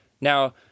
Now